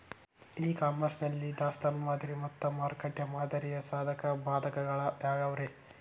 E commerce ನಲ್ಲಿ ದಾಸ್ತಾನು ಮಾದರಿ ಮತ್ತ ಮಾರುಕಟ್ಟೆ ಮಾದರಿಯ ಸಾಧಕ ಬಾಧಕಗಳ ಯಾವವುರೇ?